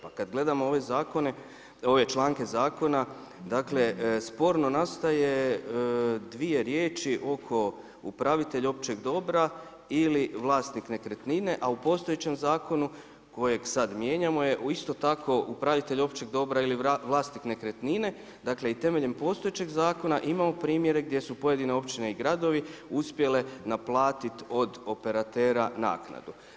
Pa kada gledamo ove članke zakona, dakle sporno nastaje, dvije riječi oko upravitelja općeg dobra ili vlasnik nekretnine a u postojećem zakonu kojeg sada mijenjamo je isto tako upravitelj općeg dobra ili vlasnik nekretnine, dakle i temeljem postojećeg zakona imamo primjere gdje su pojedine općine i gradovi uspjele naplatiti od operatera naknadu.